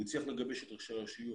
הוא הצליח לגבש את ראשי הרשויות,